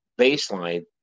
baseline